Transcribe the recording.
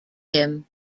him